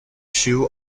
shoe